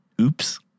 Oops